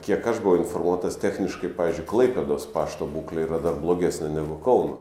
kiek aš buvau informuotas techniškai pavyzdžiui klaipėdos pašto būklė yra dar blogesnė negu kauno